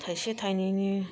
थाइसे थायनैनि